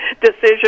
decision